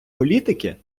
політики